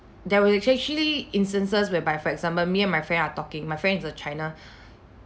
there were actually instances whereby for example me and my friend are talking my friend is a china